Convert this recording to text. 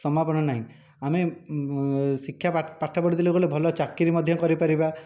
ସମାପନ ନାହିଁ ଆମେ ଶିକ୍ଷା ପାଠ ପଢ଼ିଥିଲେ ବୋଇଲେ ଭଲ ଚାକିରି ମଧ୍ୟ କରିପାରିବା